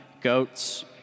goats